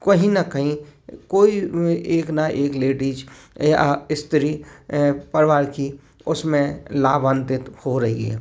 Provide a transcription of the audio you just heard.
कहीं ना कहीं कोई एक ना एक लेडिज स्त्री परिवार की उसमें लाभान्वित हो रही है